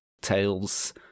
tales